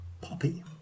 Poppy